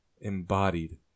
Embodied